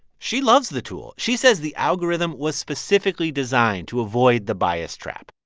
she loves the tool. she says the algorithm was specifically designed to avoid the bias trap